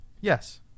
yes